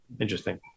Interesting